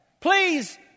please